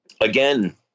again